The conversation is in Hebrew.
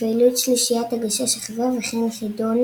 לפעילות שלישיית "הגשש החיוור" וכן חידון